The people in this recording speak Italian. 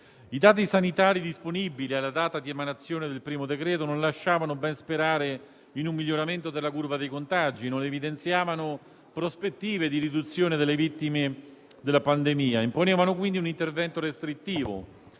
I dati sanitari disponibili alla data di emanazione del primo decreto non lasciavano ben sperare in un miglioramento della curva dei contagi; non evidenziavano prospettive di riduzione delle vittime della pandemia e imponevano, quindi, un intervento restrittivo